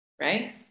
right